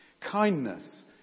kindness